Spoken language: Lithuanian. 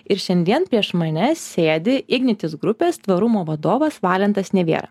ir šiandien prieš mane sėdi ignitis grupės tvarumo vadovas valentas neviera